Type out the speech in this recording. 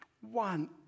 one